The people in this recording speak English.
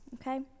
Okay